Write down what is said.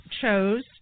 chose